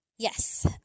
Yes